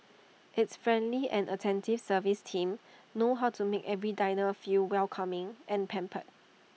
its friendly and attentive service team know how to make every diner feel welcoming and pampered